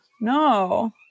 no